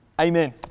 amen